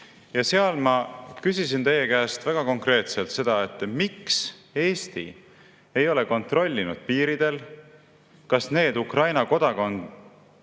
Seal ma küsisin teie käest väga konkreetselt, miks Eesti ei ole kontrollinud piiridel, kas need Ukraina kodakondsetest